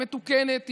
מתוקנת,